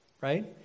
right